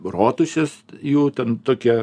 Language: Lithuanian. rotušės jų ten tokia